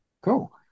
cool